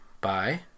bye